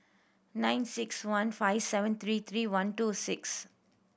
nine six one five seven three three one two six